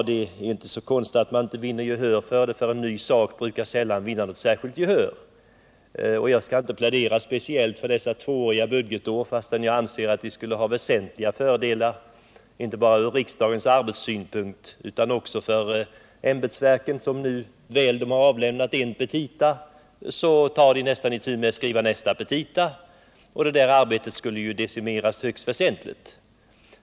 Det är inte så konstigt att det förslaget inte vann gehör, för det är nu en gång så med nya idéer, och jag skall inte här plädera för tvååriga budgettider, fastän jag anser att en sådan ordning skulle ha väsentliga fördelar, inte bara ur riksdagens arbetssynpunkt utan också för ämbetsverken. När dessa väl har avlämnat sina petita måste de ta itu med att göra upp nya sådana. Det arbetet skulle ju kunna decimeras högst väsentligt.